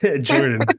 Jordan